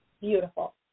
Beautiful